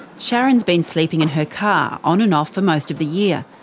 sharron's been sleeping in her car on and off for most of the year.